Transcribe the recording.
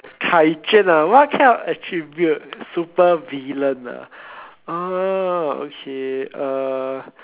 Kai-Juan ah what kind of attribute supervillain ah oh okay uh